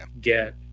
get